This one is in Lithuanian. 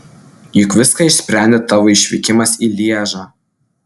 juk viską išsprendė tavo išvykimas į lježą